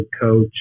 coach